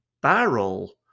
barrel